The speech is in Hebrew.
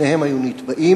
שניהם היו נתבעים,